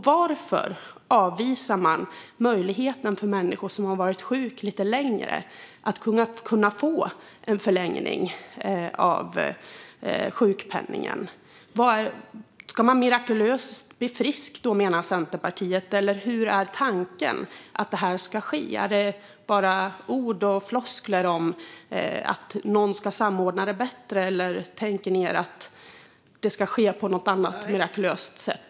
Varför avvisar man möjligheten för människor som har varit sjuka lite längre att få en förlängning av sjukpenningen? Ska man mirakulöst bli frisk, menar Centerpartiet? Hur är tanken att det ska ske? Är det bara ord och floskler om att någon ska samordna bättre? Tänker ni att det ska ske på något annat mirakulöst sätt?